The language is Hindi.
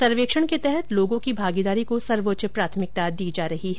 सर्वेक्षण के अंतर्गत लोगों की भागीदारी को सर्वोच्च प्राथमिकता दी जा रही है